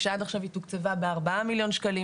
כשעד היום היא תוקצבה בארבעה מיליון שקלים.